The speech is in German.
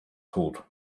tot